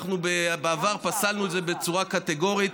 אנחנו בעבר פסלנו את זה בצורה קטגורית.